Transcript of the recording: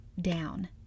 down